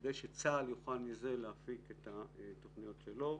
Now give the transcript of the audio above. כדי שצה"ל יוכל להפיק מזה את התוכניות שלו.